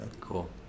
Cool